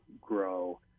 grow